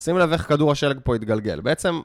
שימו לב, איך כדור השלג פה התגלגל. בעצם...